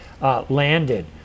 landed